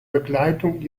begleitung